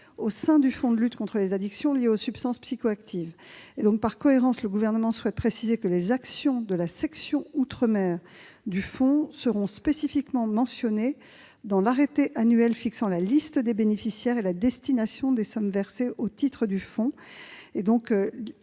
au sein du fonds de lutte contre les addictions liées aux substances psychoactives. Par cohérence, le Gouvernement souhaite préciser que les actions de la section outre-mer du fonds seront spécifiquement mentionnées dans l'arrêté annuel fixant la liste des bénéficiaires et la destination des sommes versées au titre du fonds. Nous